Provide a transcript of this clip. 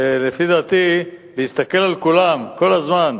ולפי דעתי, להסתכל על כולם כל הזמן,